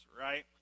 right